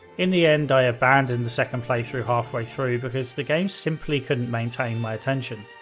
in the end, i abandoned the second playthrough halfway through because the game simply couldn't maintain my attention.